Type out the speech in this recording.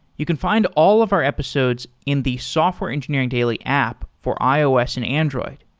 you can find all of our episodes in the software engineering daily app for ios and android.